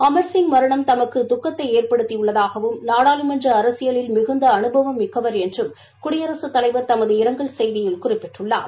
அண்சிங் மரணம் தமக்கு துக்கத்தை ஏற்படுத்தி உள்ளதாகவும் நாடாளுமன்ற அரசியலில் மிகுந்த அனுபவம் மிக்கவர் என்றும் குடியரசுத் தலைவர் தமது இரங்கல் செய்தியில் குறிப்பிட்டுள்ளார்